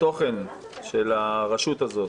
התוכן של הרשות הזאת,